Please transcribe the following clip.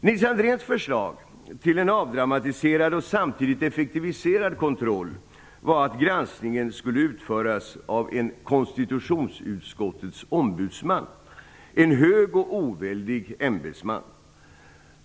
Nils Andréns förslag till en avdramatiserad och samtidigt effektiviserad kontroll var att granskningen skulle utföras av en "konstitutionsutskottets ombudsman", en hög och oväldig ämbetsman.